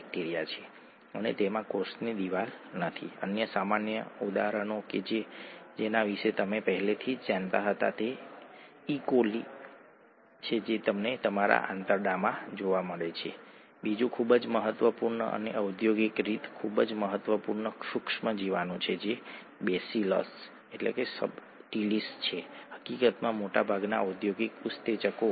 adenine okay ATP એડીન adenosine triphosphate તેથી adenine nitrogenous base તે અહીં પ્રથમ કાર્બન અણુ સાથે જોડાયેલો છે અને જોડાણ દર્શાવવામાં આવ્યું નથી બોન્ડ અહીં દર્શાવવામાં આવ્યો નથી